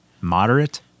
moderate